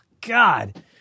God